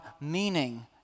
meaning